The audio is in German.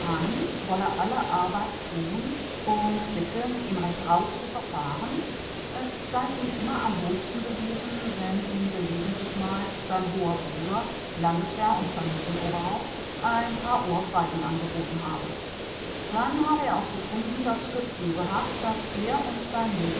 wolle alle arbeit tun und bitte mit ihm recht rauh zu verfahren es sei ihm immer am wohlsten gewesen wenn ihm gelegentlich mal sein hoher bruder landesherr und familienoberhaupt ein paar ohrfeigen angeboten habe dann habe er auf sekunden das gefühl gehabt daß er und sein